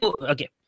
okay